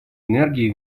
энергии